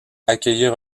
accueillir